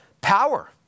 Power